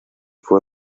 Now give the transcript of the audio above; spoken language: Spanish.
fue